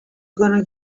gonna